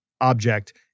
object